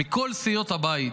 מכל סיעות הבית.